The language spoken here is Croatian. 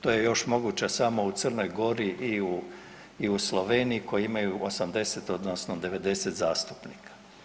To je još moguće samo u Crnoj Gori i u Sloveniji koji imaju 80 odnosno 90 zastupnika.